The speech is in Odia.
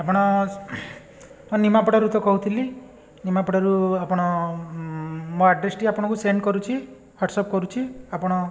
ଆପଣ ହଁ ନିମାପଡ଼ାରୁ ତ କହୁଥିଲି ନିମାପଡ଼ାରୁ ଆପଣ ମୋ ଆଡ଼୍ରେସ୍ଟି ଆପଣଙ୍କୁ ସେଣ୍ଡ କରୁଛି ହ୍ୱାଟସପ୍ କରୁଛି ଆପଣ